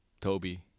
toby